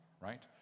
right